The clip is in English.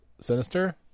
Sinister